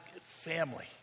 family